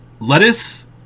Lettuce